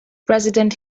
president